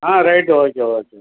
ah right okay okay